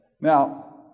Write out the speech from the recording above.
Now